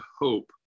hope